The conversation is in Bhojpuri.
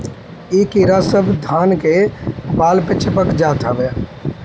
इ कीड़ा सब धान के बाल पे चिपक जात हवे